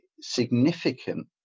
significant